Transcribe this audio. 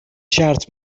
شرط